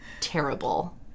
terrible